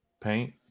Paint